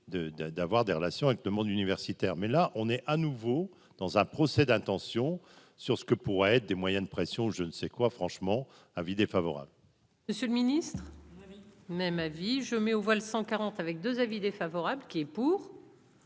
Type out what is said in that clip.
d'avoir des relations avec le monde universitaire, mais là on est à nouveau dans un procès d'intention sur ce que pourraient être des moyens de pression, je ne sais quoi franchement avis défavorable. Monsieur le Ministre. Même avis je mets aux voix cent quarante avec 2 avis défavorable qui est pour.